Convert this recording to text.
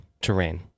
terrain